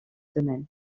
domaines